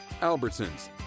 Albertsons